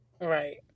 Right